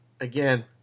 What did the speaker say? again